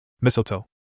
Mistletoe